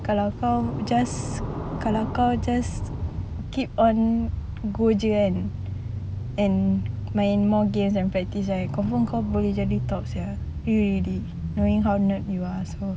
kalau kau just keep on go kan and main more games and practise right confirm kau boleh jadi top sia hear already knowing how nerd you are